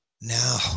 Now